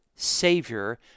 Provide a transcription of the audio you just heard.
savior